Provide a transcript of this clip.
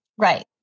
Right